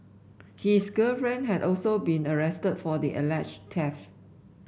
his girlfriend had also been arrested for the alleged theft